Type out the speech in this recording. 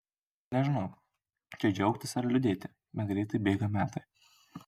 nežinau čia džiaugtis ar liūdėti bet greitai bėga metai